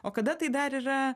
o kada tai dar yra